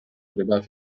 arribar